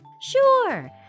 Sure